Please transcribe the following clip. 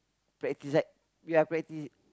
practice like we are practice